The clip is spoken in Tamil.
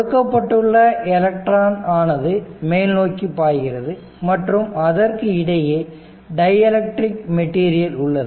கொடுக்கப்பட்டுள்ள எலக்ட்ரான் ஆனது மேல் நோக்கி பாய்கிறது மற்றும் அதற்கு இடையே டைஎலெக்ட்ரிக் மெட்டீரியல் உள்ளது